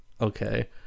okay